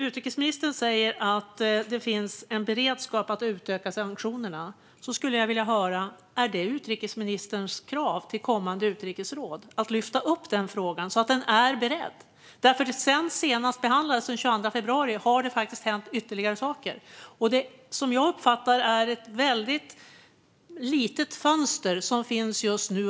Utrikesministern säger att det finns beredskap att utöka sanktionerna. Är det utrikesministerns krav på kommande utrikesråd att frågan lyfts upp och är beredd? Sedan den senast behandlades, den 22 februari, har det hänt ytterligare saker. Som jag uppfattar det finns det ett litet fönster nu under våren.